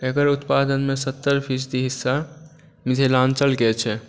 एकर उत्पादनमे सत्तरि फीसदी हिस्सा मिथिलांचलके छै